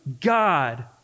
God